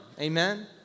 Amen